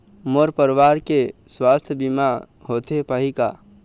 मोर परवार के सुवास्थ बीमा होथे पाही का?